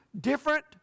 different